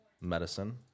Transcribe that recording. medicine